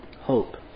Hope